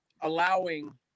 allowing